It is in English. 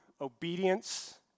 obedience